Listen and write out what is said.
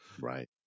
Right